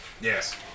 Yes